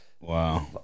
wow